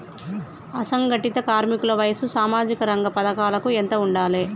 అసంఘటిత కార్మికుల వయసు సామాజిక రంగ పథకాలకు ఎంత ఉండాలే?